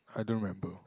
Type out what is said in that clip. I don't remember